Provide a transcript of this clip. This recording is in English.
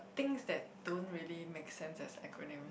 things that don't really make sense as acronyms